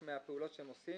כאן מבינים שיהיו שינויי